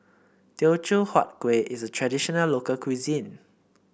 Teochew Huat Kueh is a traditional local cuisine